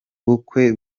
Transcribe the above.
bukwe